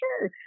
sure